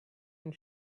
and